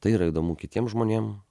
tai yra įdomu kitiem žmonėm